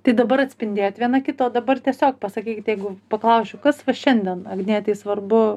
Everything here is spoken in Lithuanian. tai dabar atspindėjot viena kitą o dabar tiesiog pasakykit jeigu paklausčiau kas va šiandien agnietei svarbu